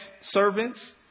servants